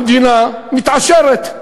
המדינה מתעשרת,